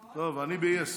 טוב, אני ביס.